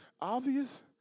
obvious